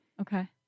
Okay